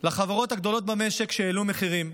לחברות הגדולות במשק שהעלו מחירים.